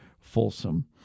Folsom